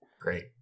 Great